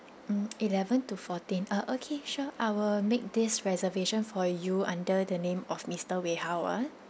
mm eleven to fourteen uh okay sure I will make this reservation for you under the name of mister wei hao ah